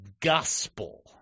gospel